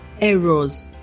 errors